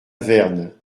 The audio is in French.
verne